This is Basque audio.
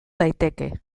daiteke